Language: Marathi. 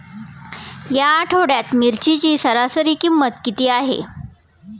या आठवड्यात मिरचीची सरासरी किंमत किती आहे?